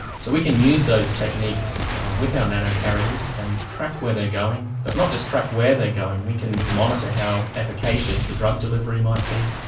so we can use those techniques with our nano-carriers and track where they are going, but not just track where they are going, we can monitor how efficacious the drug delivery might be,